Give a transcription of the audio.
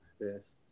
Yes